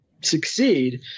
succeed